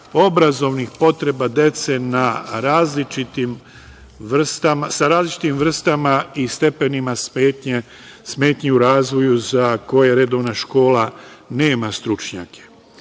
obrazovnih potreba dece sa različitim vrstama i stepenima smetnji u razvoju za koje redovna škola nema stručnjake. Skrenuo